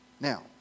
Now